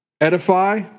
edify